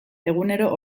egunero